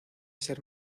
ser